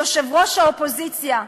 יושב-ראש האופוזיציה,